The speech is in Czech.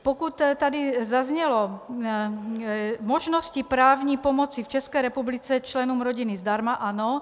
Pokud tady zaznělo: možnosti právní pomoci v České republice členům rodiny zdarma ano.